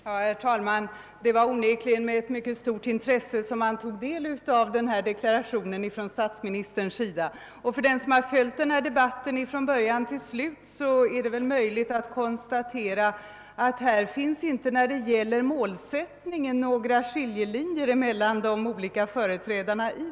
Herr talman! Det var onekligen med ett mycket stort intresse som man tog del av deklarationen från statsministerns sida. Den som har följt denna debatt från början till slut har kunnat konstatera, att här finns inte vad beträffar målsättningen några skiljelinjer mellan de olika talarna.